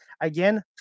Again